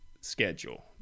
schedule